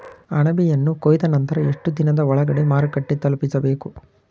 ಅಣಬೆಯನ್ನು ಕೊಯ್ದ ನಂತರ ಎಷ್ಟುದಿನದ ಒಳಗಡೆ ಮಾರುಕಟ್ಟೆ ತಲುಪಿಸಬೇಕು?